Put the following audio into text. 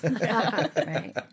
Right